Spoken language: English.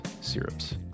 syrups